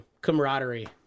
camaraderie